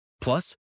Plus